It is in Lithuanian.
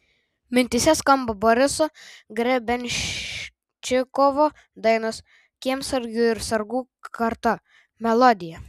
mintyse skamba boriso grebenščikovo dainos kiemsargių ir sargų karta melodija